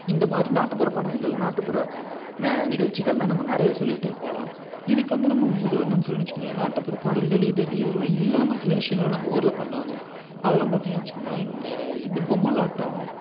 இந்தமாதிரி நாட்டுப்புற பாடல்கள் நாட்டுப்புற நிகழ்ச்சிகள்ன்னா நம்ம நிறையா சொல்லிக்கிட்டே போகலாம் இதுக்கு வந்து நம்ம ஒரு உதாரணம் சொல்ணும்னு வச்சுக்கோங்களேன் நாட்டுப்புற பாடல்கள் இது இதெல்லாம் இல்லாமல் சில விஷயங்களும் நம்ம ஊரில் பண்ணுவாங்க அதெல்லாம் பாத்திங்கன்னு வச்சுக்கோங்களேன் இந்த இது பொம்மலாட்டம்